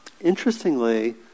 interestingly